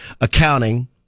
accounting